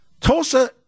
Tulsa